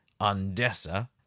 UNDESA